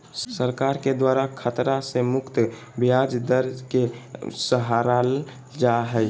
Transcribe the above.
सरकार के द्वारा खतरा से मुक्त ब्याज दर के सराहल जा हइ